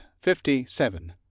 fifty-seven